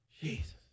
Jesus